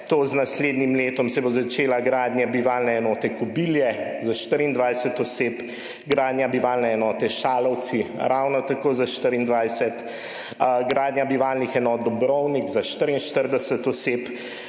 Z naslednjim letom se bo začela gradnja bivalne enote Kobilje za 24 oseb, gradnja bivalne enote Šalovci ravno tako za 24, gradnja bivalnih enot Dobrovnik za 44 oseb,